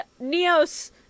neos